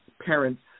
parents